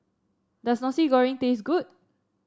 does Nasi Goreng taste good